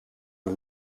een